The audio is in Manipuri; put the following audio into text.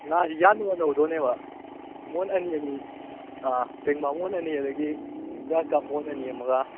ꯉꯥꯁꯤ ꯌꯥꯟꯅꯔ ꯂꯧꯗꯣꯏꯅꯦꯕ ꯃꯣꯟ ꯑꯅꯤ ꯑꯅꯤ ꯄꯦꯡꯕꯥ ꯃꯣꯟ ꯑꯅꯤ ꯑꯗꯒꯤ ꯒ꯭ꯔꯥꯁ ꯀꯞ ꯃꯣꯟ ꯑꯅꯤ ꯑꯃꯒ